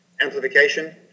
Amplification